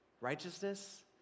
righteousness